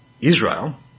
Israel